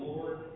Lord